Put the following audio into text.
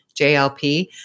JLP